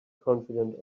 confident